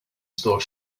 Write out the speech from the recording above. store